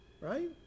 Right